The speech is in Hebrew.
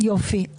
יופי.